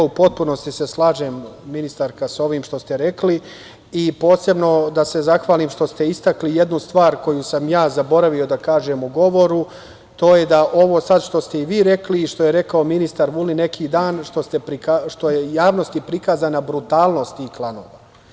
U potpunosti se slažem, ministarka, sa ovim što ste rekli, i posebno da se zahvalim što ste istakli jednu stvar koju sam ja zaboravio da kažem u govoru, to je da ovo sad što ste i vi rekli i što je rekao ministar Vulin neki dan, što je i javnosti prikazana brutalnost tih klanova.